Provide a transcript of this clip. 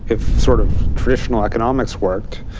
if sort of traditional economics worked,